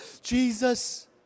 Jesus